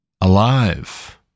alive